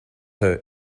her